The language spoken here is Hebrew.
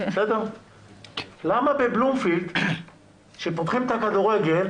למה בבלומפילד כשפותחים את הכדורגל,